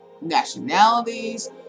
nationalities